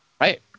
right